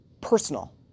personal